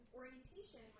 orientation